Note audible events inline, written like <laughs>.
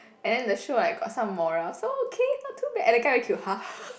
and then the show like got some morale so okay not too bad and the guy very cute <laughs>